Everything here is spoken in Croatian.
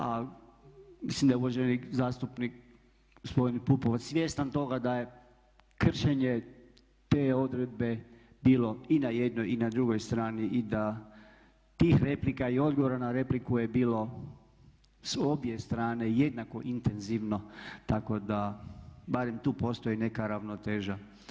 A mislim da je uvaženi zastupnik gospodin Pupovac svjestan toga da je kršenje te odredbe bilo i na jednoj i na drugoj strani i da tih replika i odgovora na repliku je bilo s obje strane jednako intenzivno, tako da barem tu postoji neka ravnoteža.